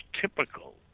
typical